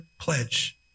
pledge